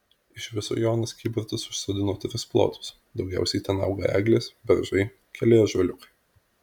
iš viso jonas kybartas užsodino tris plotus daugiausiai ten auga eglės beržai keli ąžuoliukai